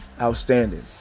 outstanding